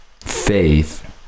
faith